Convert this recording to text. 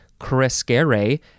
crescere